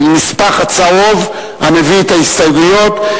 הנספח הצהוב, המביא את ההסתייגויות.